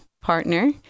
partner